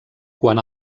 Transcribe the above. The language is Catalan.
quan